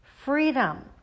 Freedom